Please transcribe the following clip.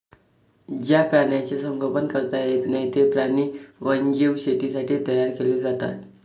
ज्या प्राण्यांचे संगोपन करता येत नाही, ते प्राणी वन्यजीव शेतीसाठी तयार केले जातात